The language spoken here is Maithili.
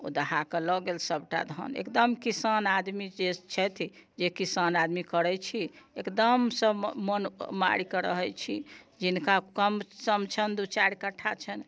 ओ दहाके लऽ गेल धान सभटा एकदम किसान आदमी सभ जे छथि जे किसान आदमी करैत छी एकदम से मन मारिके रहैत छी जिनका कम सम छनि दू चारि कठ्ठा छनि